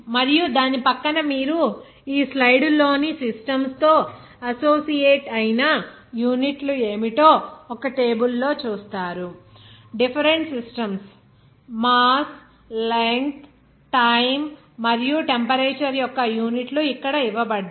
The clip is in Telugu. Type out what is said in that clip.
మరియు దాని పక్కన మీరు ఈ స్లైడ్లోని సిస్టమ్స్ తో అసోసియేట్ ఐన యూనిట్లు ఏమిటో ఒక టేబుల్ లో చూస్తారు different systems mass length time మరియు టెంపరేచర్ యొక్క యూనిట్లు ఇక్కడ ఇవ్వబడ్డాయి